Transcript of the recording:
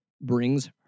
brings